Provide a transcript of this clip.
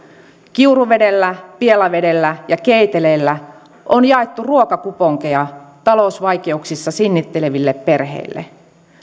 kiuruvedellä pielavedellä ja keiteleellä on jaettu ruokakuponkeja talousvaikeuksissa sinnitteleville perheille